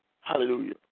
Hallelujah